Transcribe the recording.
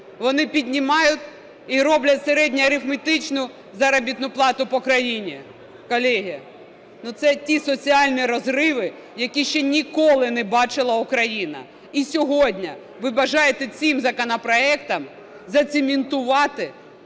вони піднімають і роблять середньоарифметичну заробітну плату по країні. Колеги, це ті соціальні розриви, які ще ніколи не бачила Україна. І сьогодні ви бажаєте цим законопроектом "зацементувати"